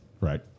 right